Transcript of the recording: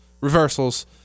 Reversals